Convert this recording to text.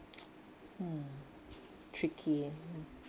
hmm tricky